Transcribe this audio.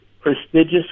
prestigious